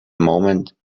moment